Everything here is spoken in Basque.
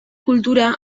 kultura